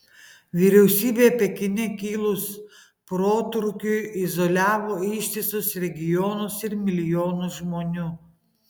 vyriausybė pekine kilus protrūkiui izoliavo ištisus regionus ir milijonus žmonių